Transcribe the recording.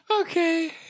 Okay